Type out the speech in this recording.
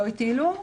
לא הטילו.